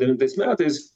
devintais metais